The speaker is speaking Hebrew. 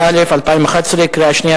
30), התשע"א 2011, קריאה שנייה